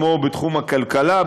כמו בתחום הכלכלה,